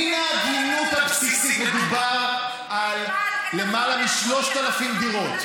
מדובר על למעלה מ-3,000 דירות.